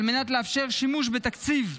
על מנת לאפשר שימוש בתקציב 2024,